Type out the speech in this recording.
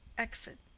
exit.